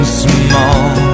small